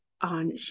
on